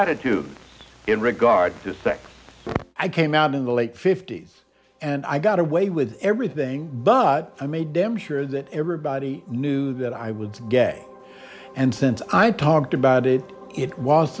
attitude in regard to sex i came out in the late fifties and i got away with everything but i made damn sure that everybody knew that i would say gay and since i've talked about it it was